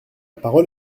parole